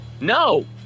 No